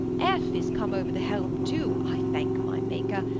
f is come over the helm too, i thank my maker,